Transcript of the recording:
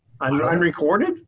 Unrecorded